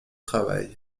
travail